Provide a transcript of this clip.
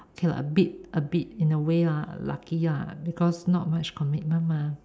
okay lah a bit a bit in a way ah lucky ah because not much commitment mah